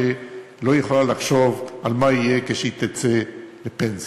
לא יכולה לחשוב על מה יהיה כשהיא תצא לפנסיה.